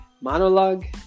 monologue